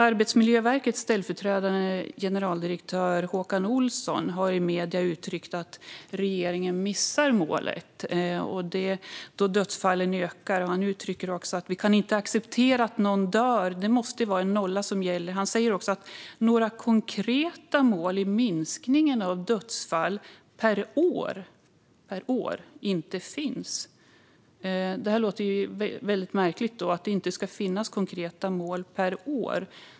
Arbetsmiljöverkets ställföreträdande generaldirektör Håkan Olsson har i medier uttryckt att regeringen missar målet då dödsfallen ökar. Han säger: Vi kan inte acceptera att någon dör. Det måste vara en nolla som gäller. Han säger också att några konkreta mål när det gäller minskningen av dödsfall per år inte finns. Det låter väldigt märkligt att det inte ska finnas konkreta mål per år.